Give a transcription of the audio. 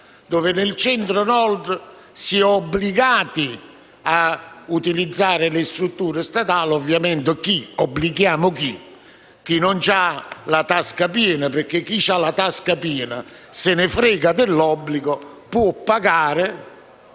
cui nel Centro-Nord si è obbligati ad utilizzare le strutture statali (ovviamente obblighiamo chi non ha la tasca piena, perché chi ha la tasca piena se ne frega dell'obbligo).